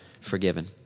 forgiven